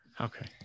Okay